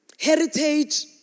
Heritage